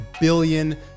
billion